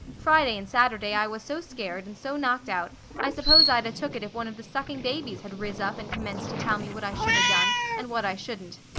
friday and saturday i was so scared and so knocked out i s'pose i'd a took it if one of the sucking babies had riz up and commenced to tell me what i should a-done, and what i shouldn't.